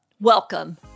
Welcome